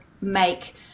make